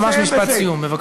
ממש משפט סיום בבקשה.